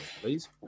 please